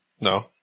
No